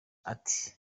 ati